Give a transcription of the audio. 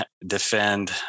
defend